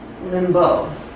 Limbo